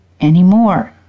anymore